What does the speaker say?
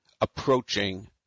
approaching